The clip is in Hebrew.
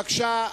בבקשה.